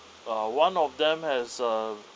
uh one of them has a